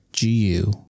GU